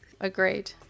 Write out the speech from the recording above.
Agreed